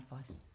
advice